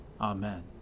Amen